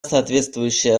соответствующая